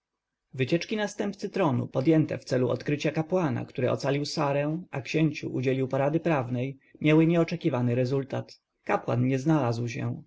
wycieczki następcy tronu podjęte w celu odkrycia kapłana który ocalił sarę a księciu udzielił porady prawnej miały nieoczekiwany rezultat kapłan nie znalazł się